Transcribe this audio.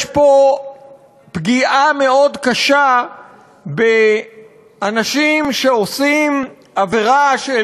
יש פה פגיעה מאוד קשה באנשים שעושים עבירה של